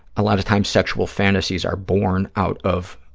a lot of times sexual fantasies are born out of